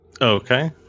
Okay